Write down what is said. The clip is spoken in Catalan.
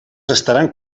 estaran